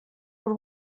will